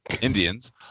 Indians